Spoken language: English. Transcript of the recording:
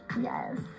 yes